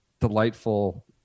delightful